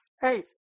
Hey